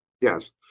Yes